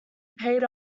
paid